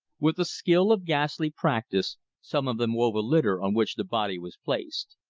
with the skill of ghastly practice some of them wove a litter on which the body was placed.